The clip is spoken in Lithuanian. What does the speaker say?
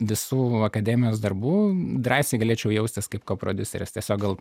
visų akademijos darbų drąsiai galėčiau jaustis kaip koprodiuseris tiesiog gal